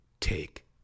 take